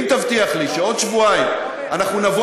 אם תבטיח לי שבעוד שבועיים אנחנו נבוא